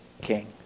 King